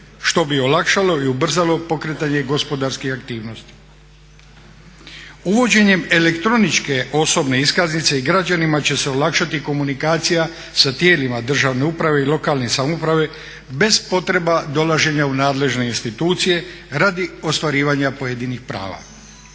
što bi olakšalo i ubrzalo pokretanje gospodarskih aktivnosti. Uvođenjem elektroničke osobne iskaznice i građanima će se olakšati komunikacija sa tijelima državne uprave i lokalne samouprave bez potrebe dolaženja u nadležne institucije radi ostvarivanja pojedinih prava.